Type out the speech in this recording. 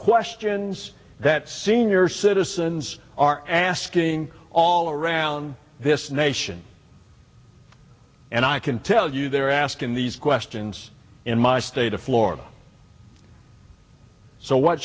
questions that senior citizens are asking all around this nation and i can tell you they're asking these questions in my state of florida so what